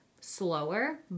slower